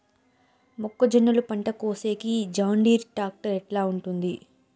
మొక్కజొన్నలు పంట కోసేకి జాన్డీర్ టాక్టర్ ఎట్లా ఉంటుంది?